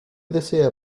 desea